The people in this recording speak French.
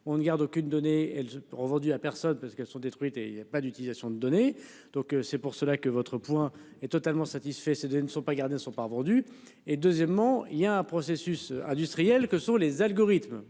on ne garde aucune donnée elle revendue à personne parce qu'elles sont détruites et il a pas d'utilisation de données. Donc c'est pour cela que votre point est totalement satisfait ces données ne sont pas gardés ne sont pas vendus et deuxièmement il y a un processus industriels que sont les algorithmes